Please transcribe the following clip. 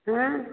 ହଁ